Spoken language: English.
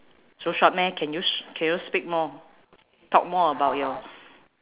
so short meh can you s~ can you speak more talk more about your